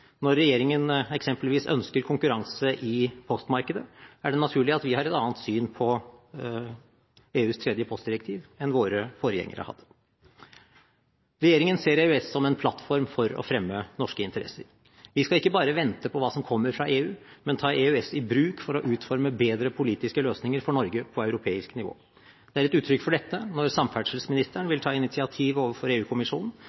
Når regjeringen eksempelvis ønsker konkurranse i postmarkedet, er det naturlig at vi har et annet syn på EUs tredje postdirektiv enn våre forgjengere hadde. Regjeringen ser EØS som en plattform for å fremme norske interesser. Vi skal ikke bare vente på hva som kommer fra EU, men ta EØS i bruk for å utforme bedre politiske løsninger for Norge på europeisk nivå. Det er et uttrykk for dette når samferdselsministeren